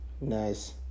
Nice